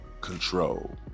Control